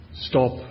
stop